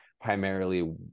primarily